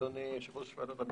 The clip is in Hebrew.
אדוני יושב-ראש ועדת המשנה,